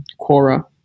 Quora